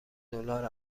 دلار